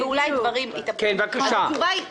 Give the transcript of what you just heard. אז התשובה היא לא,